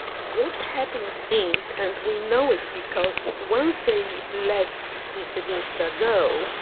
what happens is, and we know it because once they let mr veenstra go,